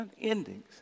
Endings